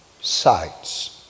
sights